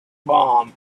bomb